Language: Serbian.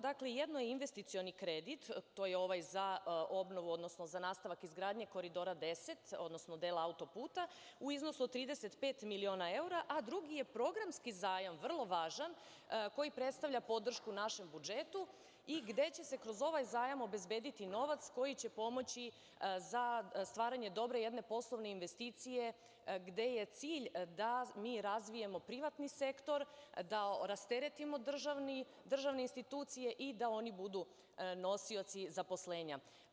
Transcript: Dakle jedno je investicioni kredit to je ovaj za obnovu, odnosno za nastavak izgradnje Koridora 10, odnosno dela autoputa u iznosu od 35 miliona evra, a drugi je programski zajam, vrlo važan, koji predstavlja podršku našem budžetu i gde će se kroz ovaj zajam obezbediti novac koji će pomoći za stvaranje dobra jedne poslovne investicije gde je cilj da mi razvijemo privatni sektor, da rasteretimo državne institucije i da oni budu nosioci zaposlenja.